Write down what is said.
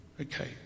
okay